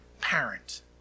parent